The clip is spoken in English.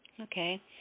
Okay